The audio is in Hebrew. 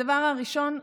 הדבר הראשון: